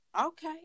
okay